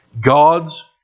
God's